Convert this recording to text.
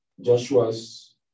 Joshua's